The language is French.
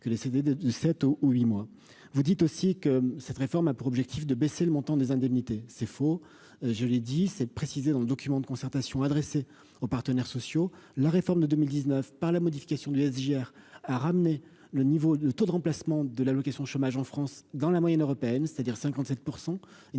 que les CD de 17 au ou huit mois, vous dites aussi que cette réforme a pour objectif de baisser le montant des indemnités, c'est faux, je l'ai dit, c'est précisé dans le document de concertation adressée aux partenaires sociaux la réforme de 2019 par la modification du hier à ramener le niveau de taux de remplacement de l'allocation chômage en France dans la moyenne européenne, c'est-à-dire 57